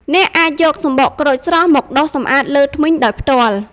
អ្នកអាចយកសំបកក្រូចស្រស់មកដុសសម្អាតលើធ្មេញដោយផ្ទាល់។